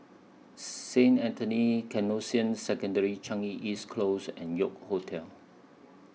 Saint Anthony's Canossian Secondary Changi East Close and York Hotel